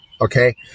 Okay